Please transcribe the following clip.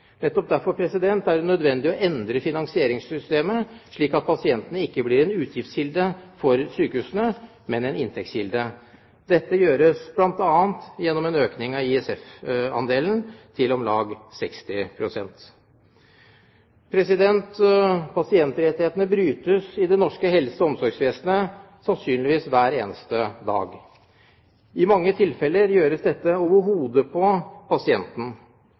Nettopp derfor er det nødvendig å endre finansieringssystemet slik at pasienten ikke blir en utgiftskilde for sykehusene, men en inntektskilde. Dette gjøres bl.a. gjennom å øke ISF-andelen til om lag 60 pst. Pasientrettighetene brytes i det norske helse- og omsorgsvesenet, sannsynligvis hver eneste dag. I mange tilfeller gjøres dette over hodet på pasienten.